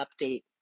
update